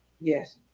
Yes